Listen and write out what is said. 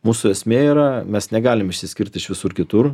mūsų esmė yra mes negalim išsiskirt iš visur kitur